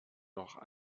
noch